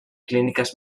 clíniques